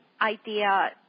idea